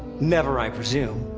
never, i presume.